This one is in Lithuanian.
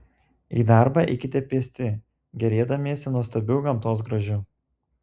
į darbą eikite pėsti gėrėdamiesi nuostabiu gamtos grožiu